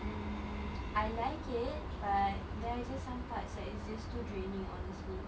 mm I like it but there are just some parts that is just too draining honestly